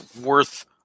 worth